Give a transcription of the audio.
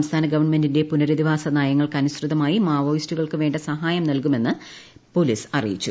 സംസ്ഥാന ഗവൺമെന്റിന്റെ പുനരധിവാസ നയങ്ങൾക്കനുസൃതമായി മാവോയിസ്റ്റുകൾക്കു വേണ്ട സഹായം നൽകുമെന്ന് പോലീസ് അറിയിച്ചു